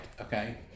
okay